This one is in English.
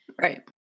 Right